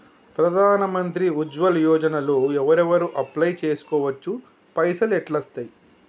ప్రధాన మంత్రి ఉజ్వల్ యోజన లో ఎవరెవరు అప్లయ్ చేస్కోవచ్చు? పైసల్ ఎట్లస్తయి?